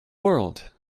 world